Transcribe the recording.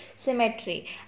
Symmetry